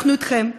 אנחנו אתכם,